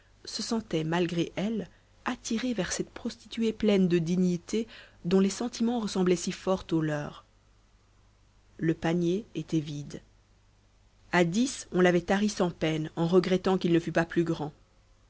se sentaient malgré elles attirées vers cette prostituée pleine de dignité dont les sentiments ressemblaient si fort aux leurs le panier était vide a dix on l'avait tari sans peine en regrettant qu'il ne fût pas plus grand